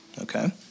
Okay